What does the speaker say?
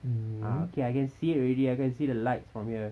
ah okay I can see already I can see the lights from here